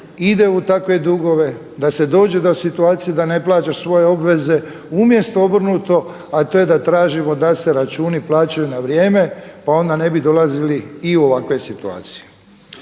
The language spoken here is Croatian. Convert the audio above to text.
ide u takve dugove, da se dođe do situacije da ne plaćaš svoje obveze umjesto obrnuto, a to je da tražimo da se računi plaćaju na vrijeme pa onda ne bi dolazili i u ovakve situacije.